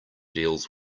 deals